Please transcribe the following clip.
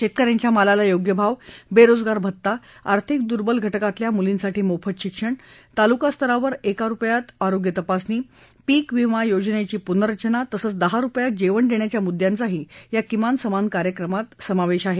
शेतकऱ्यांच्या मालाला योग्य भाव बेरोजगार भत्ता आर्थिक दुर्बल घटकातल्या मुलींसाठी मोफत शिक्षण तालुकास्तरावर एक रुपयात आरोग्य तपासणी पीक विमा योजनेची पुनर्रचना तसंच दहा रुपयात जेवण देण्याच्या मुद्यांचाही या किमान समान कार्यक्रमात समावेश आहे